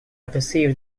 perceived